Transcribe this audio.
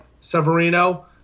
Severino